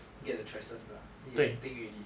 get the choices lah eh you think already